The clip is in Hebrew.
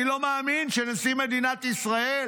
אני לא מאמין שנשיא מדינת ישראל,